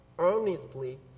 earnestly